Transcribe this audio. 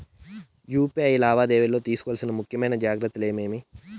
UPI లావాదేవీలలో తీసుకోవాల్సిన ముఖ్యమైన జాగ్రత్తలు ఏమేమీ?